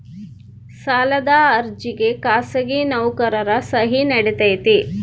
ಸಾಲದ ಅರ್ಜಿಗೆ ಖಾಸಗಿ ನೌಕರರ ಸಹಿ ನಡಿತೈತಿ?